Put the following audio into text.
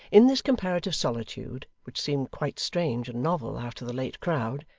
in this comparative solitude, which seemed quite strange and novel after the late crowd,